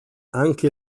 anche